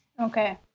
Okay